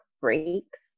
breaks